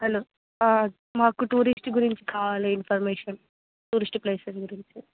hello మాకు tourist గురించి కావాలి ఇన్ఫర్మేషన్ టూరిస్ట్ ప్లేసులు గురించి